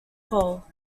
pole